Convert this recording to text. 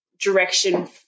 direction